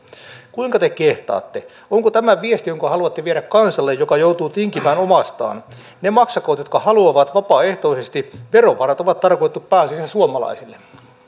kuinka te kehtaatte onko tämä viesti jonka haluatte viedä kansalle joka joutuu tinkimään omastaan ne maksakoot jotka haluavat vapaaehtoisesti verovarat on tarkoitettu pääasiassa suomalaisille